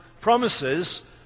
promises